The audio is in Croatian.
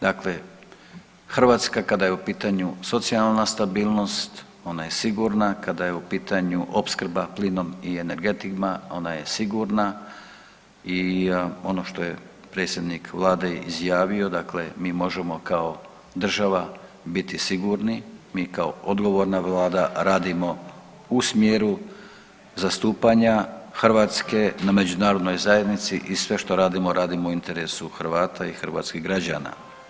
Dakle, Hrvatska kada je u pitanju socijalna stabilnost ona je sigurna, kada je u pitanju opskrba plinom i energentima ona je sigurna i ono što je predsjednik vlade izjavio dakle mi možemo kao država biti sigurni, mi kao odgovorna vlada radimo u smjeru zastupanja Hrvatske na međunarodnoj zajednici i sve što radimo radimo u interesu Hrvata i hrvatskih građana.